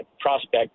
prospect